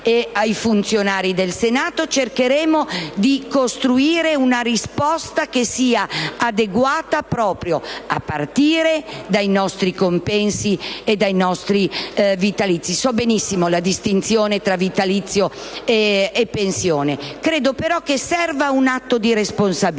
e ai funzionari del Senato cercheremo di costruire una risposta adeguata, proprio a partire dai nostri compensi e dai nostri vitalizi. Conosco benissimo la distinzione tra vitalizio e pensione; credo però occorra un atto di responsabilità